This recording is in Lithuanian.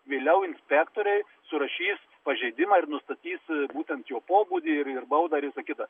vėliau inspektoriai surašys pažeidimą ir nustatys būtent jo pobūdį ir ir baudą visą kitą